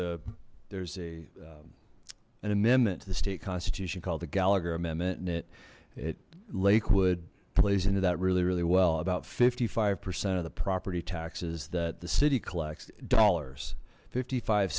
a there's a an amendment to the state constitution called the gallagher amendment and it it lakewood plays into that really really well about fifty five percent of the property taxes that the city collects dollars fifty five